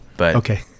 Okay